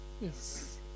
Yes